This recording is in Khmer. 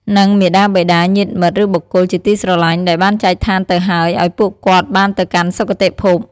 និងមាតាបិតា ញាតិមិត្ត ឬបុគ្គលជាទីស្រឡាញ់ដែលបានចែកឋានទៅហើយ ឲ្យពួកគាត់បានទៅកាន់សុគតិភព។